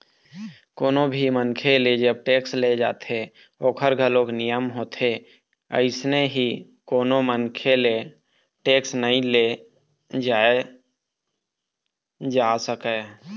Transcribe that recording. कोनो भी मनखे ले जब टेक्स ले जाथे ओखर घलोक नियम होथे अइसने ही कोनो मनखे ले टेक्स नइ ले जाय जा सकय